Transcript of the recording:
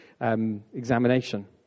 examination